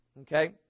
Okay